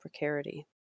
precarity